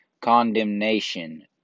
condemnation